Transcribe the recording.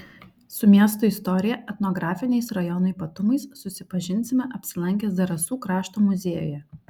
su miesto istorija etnografiniais rajono ypatumais susipažinsime apsilankę zarasų krašto muziejuje